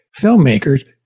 filmmakers